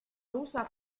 usa